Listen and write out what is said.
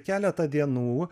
keletą dienų